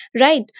right